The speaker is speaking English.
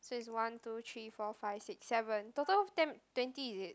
so its one two three four five six seven total ten twenty is it